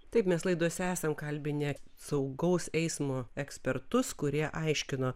taip mes laidose esam kalbinę saugaus eismo ekspertus kurie aiškino